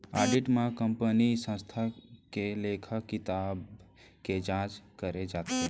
audit म कंपनीय संस्था के लेखा किताब के जांच करे जाथे